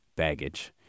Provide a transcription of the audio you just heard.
baggage